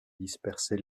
disperser